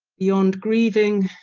beyond grieving,